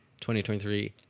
2023